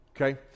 okay